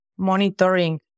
monitoring